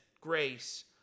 grace